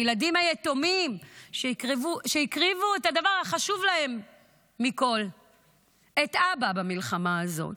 הילדים היתומים שהקריבו את הדבר החשוב להם מכול במלחמה הזאת,